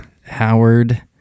Howard